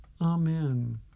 Amen